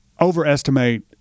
Overestimate